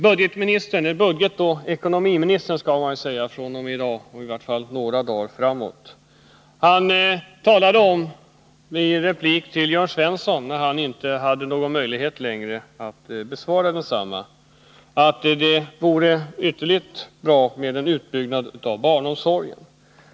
Budgetministern — budgetoch ekonomiministern, skall man ju säga fr.o.m. i dag och i varje fall några dagar framåt — sade i en replik till Jörn Svensson när denne inte längre hade några repliker kvar att det vore ytterligt bra med en utbyggnad av barnomsorgen.